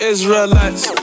Israelites